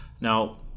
now